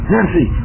Nancy